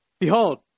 Behold